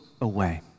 away